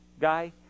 guy